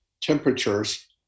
temperatures